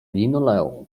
linoleum